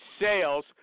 sales